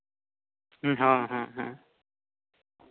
ᱦᱮᱸ ᱦᱮᱸ ᱦᱮᱸ